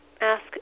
ask